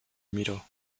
miró